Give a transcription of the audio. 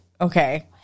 Okay